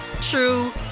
true